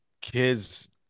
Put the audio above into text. Kids